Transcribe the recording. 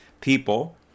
people